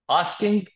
asking